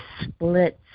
splits